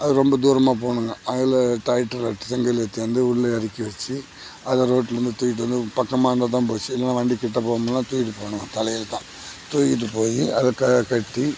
அது ரொம்ப தூரமாக போகணுங்க அதில் டிராக்டரில் அடிச்சு செங்கல் ஏற்றியாந்து உள்ளே இறக்கி வச்சு அதே ரோட்டிலருந்து தூக்கிட்டு வந்து பக்கமாக இருந்தால்தான் போச்சு இல்லைனா வண்டி கிட்ட போகணும்னா தூக்கிட்டு போகணும் தலையில் தான் தூக்கிட்டு போயி அதை க கட்டி